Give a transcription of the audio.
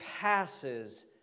passes